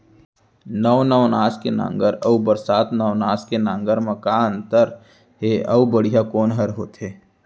नौ नवनास के नांगर अऊ बरसात नवनास के नांगर मा का अन्तर हे अऊ बढ़िया कोन हर होथे?